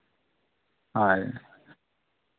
ᱦᱳᱭ